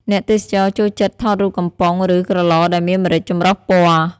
អ្នកទេសចរចូលចិត្តថតរូបកំប៉ុង ឬ ក្រឡដែលមានម្រេចចម្រុះពណ៌។